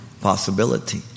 possibility